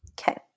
Okay